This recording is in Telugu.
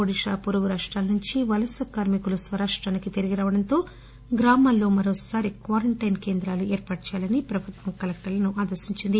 ఒడిషా పొరుగు రాష్టాల నుంచి వలస కార్మికులను స్వరాష్టానికి తిరిగి రావడంతో గ్రామాల్లో మరోసారి క్వారంటైన్ కేంద్రాలు ఏర్పాటు చేయాలని ప్రభుత్వం కలెక్టర్లను ఆదేశించింది